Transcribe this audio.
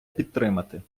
підтримати